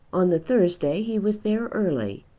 on the thursday he was there early,